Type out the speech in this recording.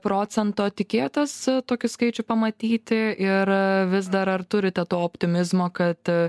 procento tikėjotės tokį skaičių pamatyti ir vis dar ar turite to optimizmo kad